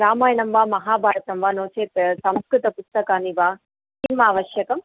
रामायणं वा महाभारतं वा नो चेत् संस्कृतपुस्तकानि वा किम् आवश्यकं